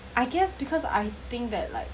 I guess because I think that like